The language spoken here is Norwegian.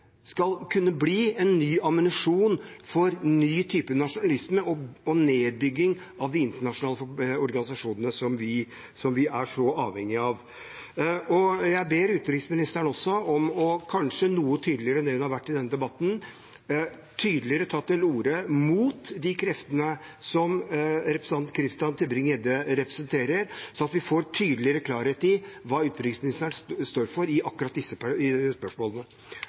skal kunne bli en ny ammunisjon for en ny type nasjonalisme og nedbygging av de internasjonale organisasjonene som vi er så avhengige av. Jeg ber også utenriksministeren om at hun – kanskje noe tydeligere enn det hun har gjort i denne debatten – tydeligere tar til orde mot de kreftene som representanten Christian Tybring-Gjedde representerer, slik at vi får tydeligere klarhet i hva utenriksministeren står for i akkurat disse